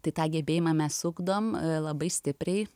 tai tą gebėjimą mes ugdom labai stipriai